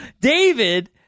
David